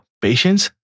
patience